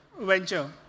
venture